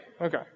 Okay